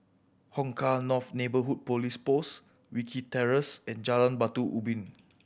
Hong Kah North Neighbourhood Police Post Wilkie Terrace and Jalan Batu Ubin